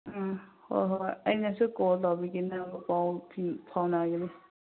ꯎꯝ ꯍꯣꯏ ꯍꯣꯏ ꯑꯩꯅꯁꯨ ꯀꯣꯜ ꯇꯧꯕꯤꯒꯦ ꯄꯥꯎ ꯁꯨꯝ ꯐꯥꯎꯅꯒꯅꯤ